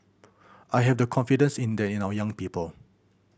I have the confidence in that in our young people